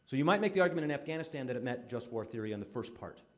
so you might make the argument in afghanistan that it met just war theory in the first part.